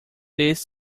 this